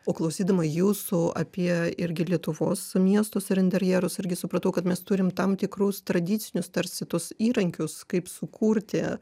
o klausydama jūsų apie irgi lietuvos miestus ir interjerus irgi supratau kad mes turim tam tikrus tradicinius tarsi tuos įrankius kaip sukurti